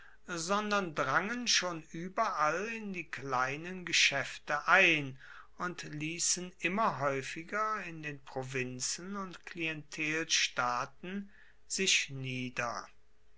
sondern drangen schon ueberall in die kleinen geschaefte ein und liessen immer haeufiger in den provinzen und klientelstaaten sich nieder